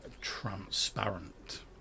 transparent